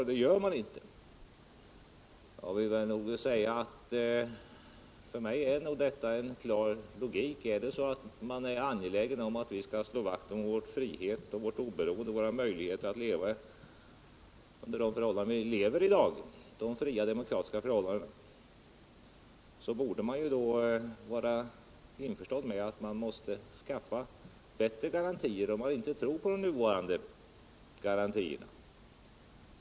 Men det gör man inte. För mig är nog detta ändå klar logik. Är man angelägen om att vi skall slå vakt om vår frihet och vårt oberoende, att få leva under de fria demokratiska förhållanden vi i dag lever under, borde man vara införstådd med att vi måste skapa bättre garantier och inte tro på de nuvarande.